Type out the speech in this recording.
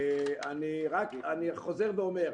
אני חוזר ואומר,